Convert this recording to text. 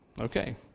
Okay